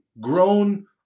grown